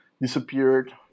disappeared